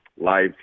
life